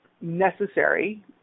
necessary